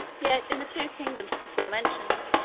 yet in the two kingdoms before mentioned,